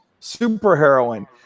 superheroine